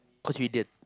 cause you Indian